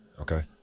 Okay